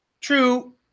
true